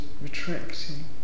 retracting